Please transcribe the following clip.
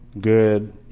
Good